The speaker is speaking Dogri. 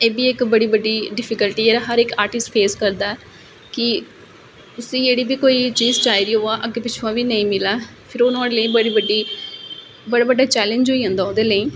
एह बी इक बड़ी बड्डी डिफीकल्टी ऐ हर इक आर्टिस्ट फेस करदा ऐ कि उसी जेहड़ी बी कोई चीज चाहि दी होवे अग्गू पिच्छुआं बी नेई मिले फिर ओह् नुआढ़े लेई बड़ी बड्डी बड्डे चैलंज होई जंदा ओहदे लेई